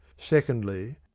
Secondly